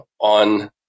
on